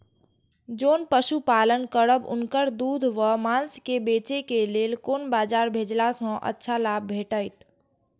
जोन पशु पालन करब उनकर दूध व माँस के बेचे के लेल कोन बाजार भेजला सँ अच्छा लाभ भेटैत?